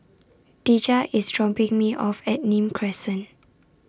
Dejah IS dropping Me off At Nim Crescent